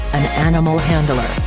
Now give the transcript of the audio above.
an animal handler,